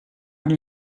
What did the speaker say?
and